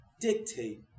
dictate